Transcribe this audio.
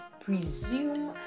presume